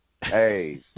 Hey